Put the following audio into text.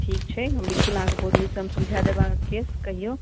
ठीक छै हम बिल्कुल अहाँके बहुत नीकसँ हम सुलझा देब अहाँके केस कहियौ